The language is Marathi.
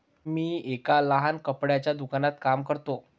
मी एका लहान कपड्याच्या दुकानात काम करतो